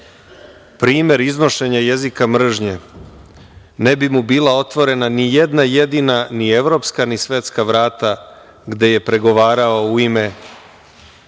primer iznošenja jezika mržnje, ne bi mu bila otvorena nijedna jedina ni evropska ni svetska vrata, gde je pregovarao u ime